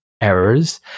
errors